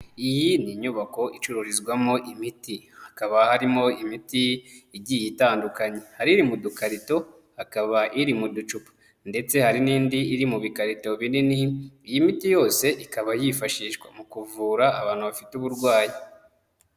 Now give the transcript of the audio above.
Iyi ni inyubako icururizwamo imiti, hakaba harimo imiti igiye itandukanye, hari iri mu dukarito, hakaba iri mu ducupa ndetse hari n'indi iri mu bikarito binini, iyi miti yose ikaba yifashishwa mu kuvura abantu bafite uburwayi.